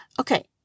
Okay